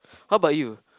how about you